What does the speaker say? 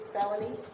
felony